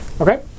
Okay